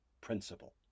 principle